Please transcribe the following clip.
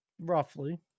Roughly